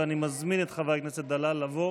ואני מזמין את חבר הכנסת דלל לבוא